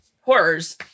horrors